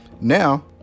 Now